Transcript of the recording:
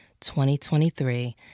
2023